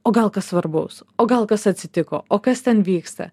o gal kas svarbaus o gal kas atsitiko o kas ten vyksta